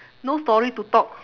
no story to talk